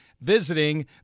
visiting